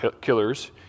killers